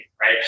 right